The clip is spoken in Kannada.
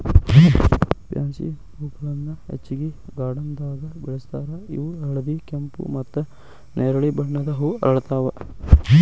ಪ್ಯಾನ್ಸಿ ಹೂಗಳನ್ನ ಹೆಚ್ಚಾಗಿ ಗಾರ್ಡನ್ದಾಗ ಬೆಳೆಸ್ತಾರ ಇವು ಹಳದಿ, ಕೆಂಪು, ಮತ್ತ್ ನೆರಳಿ ಬಣ್ಣದ ಹೂ ಅರಳ್ತಾವ